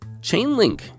Chainlink